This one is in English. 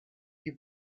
you